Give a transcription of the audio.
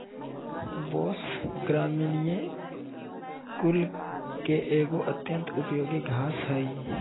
बाँस, ग्रामिनीई कुल के एगो अत्यंत उपयोगी घास हइ